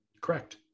Correct